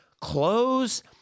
clothes